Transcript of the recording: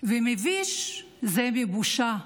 ומביש זה מבושה,